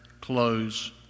close